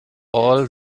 all